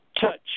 touch